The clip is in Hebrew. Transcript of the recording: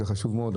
זה חשוב מאוד,